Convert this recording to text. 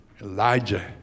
elijah